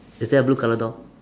is there a blue color door